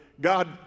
God